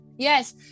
Yes